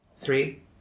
Three